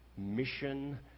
Mission